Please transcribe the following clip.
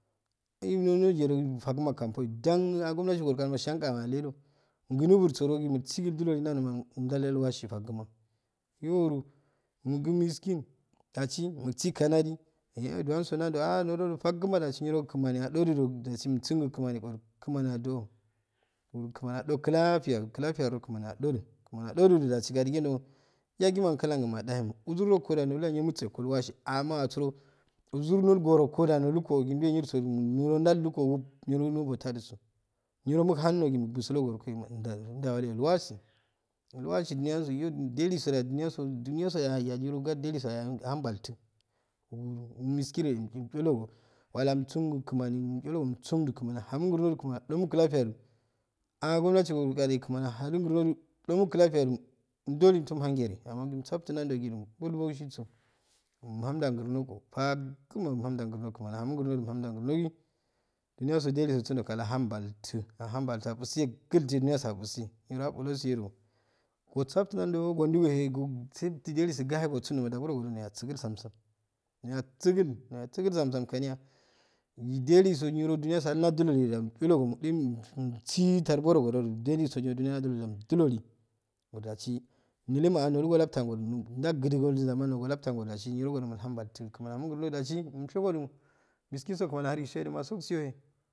Ino nojiye joj faguma kamjoy jan a gumnatigo agoroka jo shayanka alejo gunubursojo ginilsi mil ju loli nan joma ja jayawasi faguma yo uru mugu miskin asi milsi kanadi juwan so nan jo afaguma jasi niro kmani ajo ju ju jasi insungi kmani koru kmani ajowo uru kmani ajo clafiyaru clafiyaro kmani adodu kmani ajo judu jasi gaji gindo yasima angalkun majaye mo uzurroko ja nuluyahe niro mulsiko wasi amma asuro uzur no korokoda nuluko jijuwe niro mume niro jalunko o wnb niro nobo tajiso niro muhannogi ubu so goroke madaijawate llwasi llwashi juniyan soyo jeliso ja juniya juniya sojoo auariri gade jeliso ayan ahan baltu uro miskiruyin umchologo wala umsungu kmani chalago umsungu kmani ahamo grno ju kmani djomo clafiyaju agol kani kmani hare gmrno ju jomo clakya ju umjoli umtom ahan gere amma gisaftun nan jo jogijo bolbolsiso umhan jan gurnoko faguma umhanda gurno kmani ahamo gurno jo umhanja gurnogi juniyaso je lisso sunjo kaijo ahanbal tu afusehe kulte juniyaso afuseh niro abu leyesodo gosurtin nan jo gonjugohe kogseti jelisu gaye so gosunjo jaburogojonuyasigili sam sam nuya siggil nua siggi samsam kaniya jeliso niro junyaso umja iogomuje minksi tarb orogojo ju jelisoju niro juniya so najuloli uru jasi nelema nulu agollabtinyangoju jaigijugo zamanango llabtingo jasi nirogojo mulhan balti kmani ahamo gurnoju jasi mushegoju miskinso kmani ahirin shedu magugu suyohe.